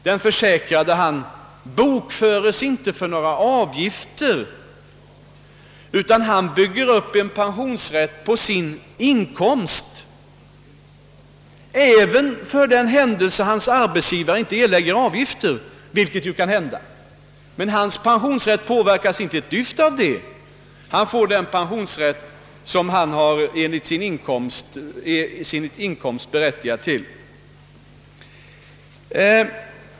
Den försäkrade bokförs inte för några avgifter, utan han bygger upp en pensionsrätt på sin inkomst, och det även för den händelse hans arbetsgivare inte erlägger avgiften, vilket ju kan hända. Hans pensionsrätt påverkas inte ett dyft av de uteblivna avgifterna. Han får den pensionsrätt han enligt sin inkomst är berättigad till.